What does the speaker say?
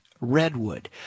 redwood